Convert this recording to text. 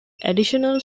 additional